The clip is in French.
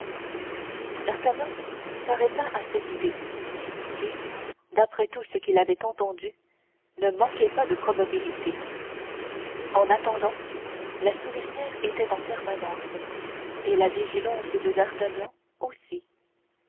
d'artagnan s'arrêta à cette idée qui d'après tout ce qu'il avait entendu ne manquait pas de probabilité en attendant la souricière était en permanence et la vigilance de d'artagnan aussi